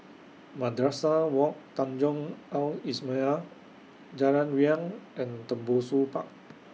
Madrasah Wak Tanjong Al Islamiah Jalan Riang and Tembusu Park